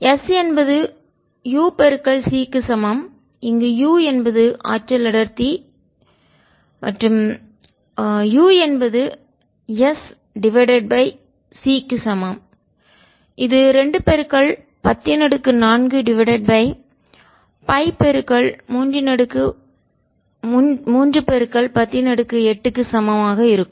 S என்பது uc க்கு சமம் இங்கு u என்பது ஆற்றல் அடர்த்தி மற்றும் எனவே u என்பது S டிவைடட் பை C க்கு சமம் இது 2104 டிவைடட் பை pi 3108 க்கு சமமாக இருக்கும்